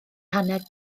hanner